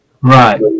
Right